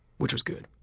which was good.